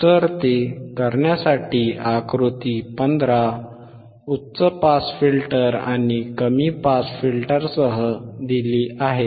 तर ते करण्यासाठी आकृती 15 उच्च पास फिल्टर आणि कमी पास फिल्टरसह दिली आहे